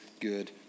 good